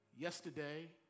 Yesterday